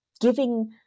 giving